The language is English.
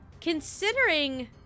considering